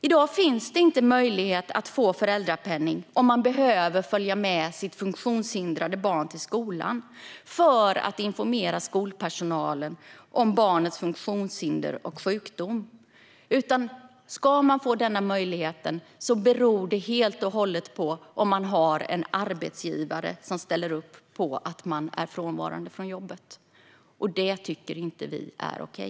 I dag finns det inte möjlighet att få föräldrapenning om man behöver följa med sitt funktionshindrade barn till skolan för att informera skolpersonalen om barnets funktionshinder och sjukdom, utan det beror helt och hållet på om man har en arbetsgivare som ställer upp på att man är frånvarande från jobbet. Det tycker inte vi är okej.